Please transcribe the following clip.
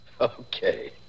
Okay